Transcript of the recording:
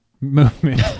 movement